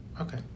Okay